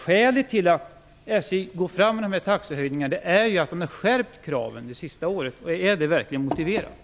Skälet till att SJ nu genomför taxehöjningar är att kraven har skärpts de senaste åren. Är detta verkligen motiverat?